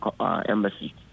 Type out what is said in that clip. embassy